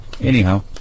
Anyhow